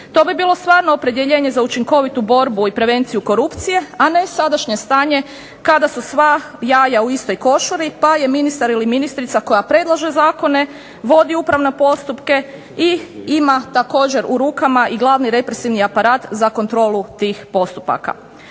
To bi bilo stvarno opredjeljenje za učinkovitu borbu i prevenciju korupcije, a ne sadašnje stanje kada su sva jaja u istoj košari pa je ministar ili ministrica koja predlaže zakone vodi upravne postupke i ima također u rukama i glavni represivni aparat za kontrolu tih postupaka.